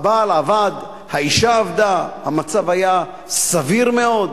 הבעל עבד, האשה עבדה, המצב היה סביר מאוד.